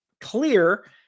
clear